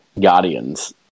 Guardians